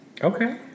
Okay